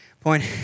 Point